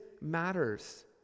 matters